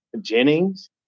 Jennings